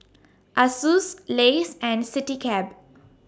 Asus Lays and Citycab